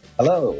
Hello